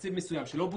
לתקציב מסוים שלא בוצע,